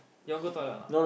you want go toilet or not